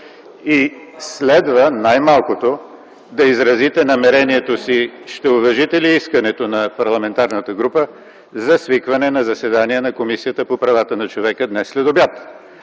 следва да изразите намерението си – ще уважите ли искането на парламентарната група за свикване на заседание на Комисията по правата на човека днес след обяд.